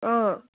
অঁ